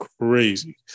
crazy